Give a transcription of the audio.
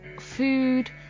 food